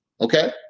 Okay